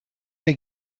der